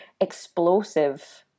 explosive